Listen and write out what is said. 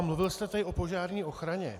Mluvil jste tady o požární ochraně.